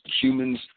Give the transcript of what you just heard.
humans